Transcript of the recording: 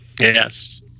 Yes